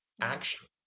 action